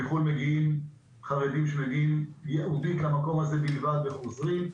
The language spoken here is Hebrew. מחו"ל מגיעים חרדים שמגיעים ייעודית למקום הזה בלבד וחוזרים,